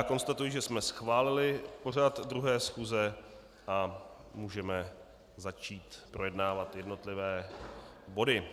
Konstatuji, že jsme schválili pořad druhé schůze a můžeme začít projednávat jednotlivé body.